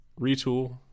retool